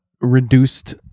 reduced